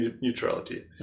neutrality